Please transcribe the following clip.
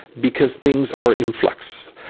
because things are in flux.